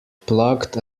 plugged